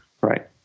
Right